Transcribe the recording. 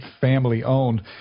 family-owned